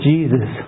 Jesus